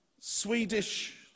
Swedish